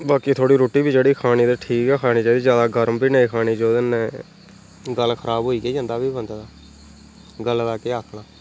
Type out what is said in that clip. बाकी थोह्ड़ी रुट्टी बी जेह्ड़ी खानी ते ठीक गै खानी चाहिदी ज्यादा गर्म बी नेईं खानी चाहिदी जोह्दे कन्नै गला खराब होई गै जन्दा फ्ही बन्दे दा गले दा केह् आखना